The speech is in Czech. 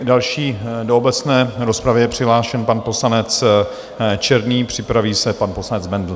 Další do obecné rozpravy je přihlášen pan poslanec Černý, připraví se pan poslanec Bendl.